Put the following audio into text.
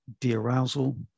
de-arousal